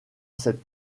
cette